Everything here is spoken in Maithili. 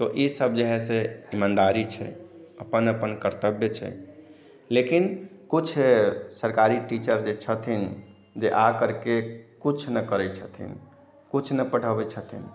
तो इसभ जेहै से इमानदारी छै अपन अपन कर्तव्य छै लेकिन कुछ सरकारी टीचर जे छथिन जे आ करके कुछ न करै छथिन कुछ न पढ़ैबे छथिन